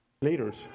leaders